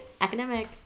academic